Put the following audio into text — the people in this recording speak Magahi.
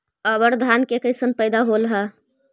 अबर धान के कैसन पैदा होल हा?